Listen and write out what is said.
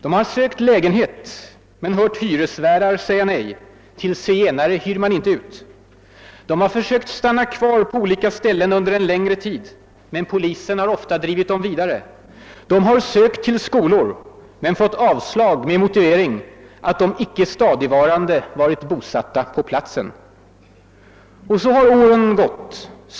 De har sökt lägenhet men hört hyresvärdar säga nej; till zigenare hyr man inte ut. De har försökt stanna kvar på olika ställen under längre tid; men polisen har ofta drivit dem vidare. De har sökt till skolor men fått avslag med motivering att de inte stadigvarande varit bosatta på platsen. Och så har åren gått.